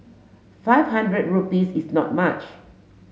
five hundred rupees is not much